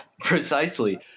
Precisely